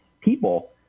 people